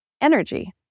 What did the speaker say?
energy